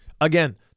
Again